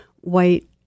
white